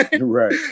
right